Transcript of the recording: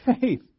faith